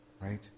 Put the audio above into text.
Right